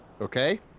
Okay